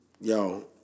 Yo